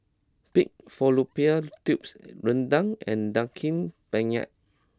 Pig Fallopian Tubes Rendang and Daging Penyet